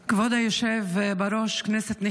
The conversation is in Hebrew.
לכולם, כולל לשר האוצר ובנק ישראל,